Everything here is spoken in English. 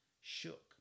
shook